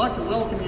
but the world